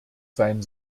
sein